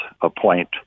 appoint